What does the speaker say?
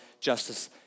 justice